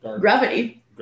Gravity